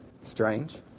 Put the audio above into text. Strange